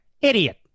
Idiot